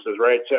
right